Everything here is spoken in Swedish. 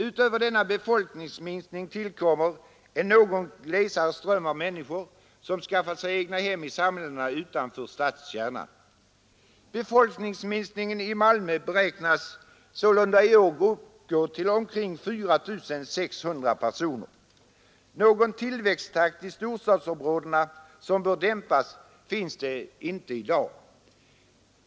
Utöver denna befolkningsminskning tillkommer en något glesare ström av människor som skaffat sig egnahem i samhällen utanför stadskärnan. Befolkningsminskningen i Malmö räknas i år uppgå till omkring 4 600 personer. Någon tillväxttakt i storstadsområdena som bör dämpas finns det inte i dag.